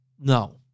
No